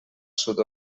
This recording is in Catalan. sud